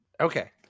Okay